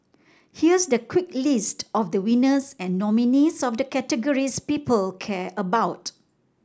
here's the quick list of the winners and nominees of the categories people care about